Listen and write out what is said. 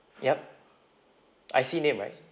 yup I_C name right